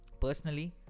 Personally